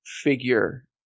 figure